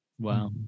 Wow